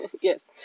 Yes